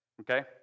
okay